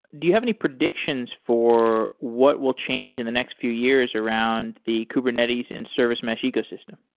do you have any predictions for what will change in the next few years around the kubernetes and service mesh ecosystem.